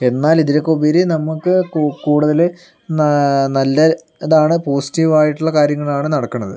എന്നാലിതിലൊക്കെ ഉപരി നമുക്ക് കു കൂടുതല് നല്ല നല്ല ഇതാണ് പോസിറ്റിവായിട്ടുള്ള കാര്യങ്ങളാണ് നടക്കുന്നത്